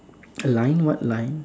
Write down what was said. a line what line